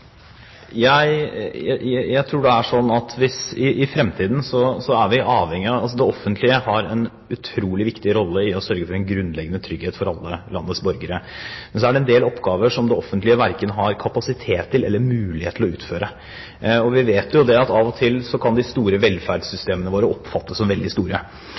Det offentlige har en utrolig viktig rolle i å sørge for en grunnleggende trygghet for alle landets borgere. Men så er det en del oppgaver som det offentlige verken har kapasitet eller mulighet til å utføre. Vi vet at av og til kan de store velferdssystemene våre oppfattes som veldig store.